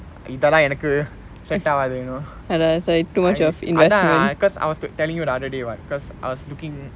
இதெல்லா எனக்கு:ithella enakku set ஆகாது:aagaathu you know அதான்:athaan cause I was telling you the other day right cause I was looking